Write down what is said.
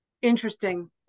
Interesting